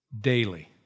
daily